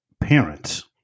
parents